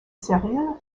sérieux